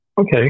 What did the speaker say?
Okay